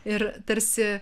ir tarsi